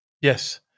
yes